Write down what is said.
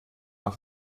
auf